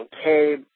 okay